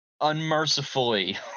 unmercifully